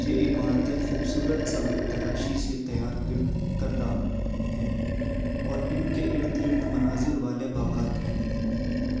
یہ عمارتیں خوبصورت سنگ تراشی سے تیار کردہ ہیں اور ان کے ارد گرد مناظر والے باغات ہیں